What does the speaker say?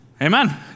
amen